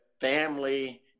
family